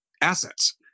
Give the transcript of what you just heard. assets